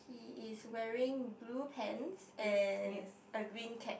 it is wearing blue pants and a green cap